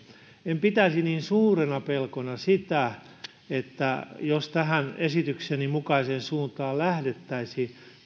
en pitäisi niin suurena pelkona sitä jos tähän esitykseni mukaiseen suuntaan lähdettäisiin